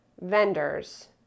vendors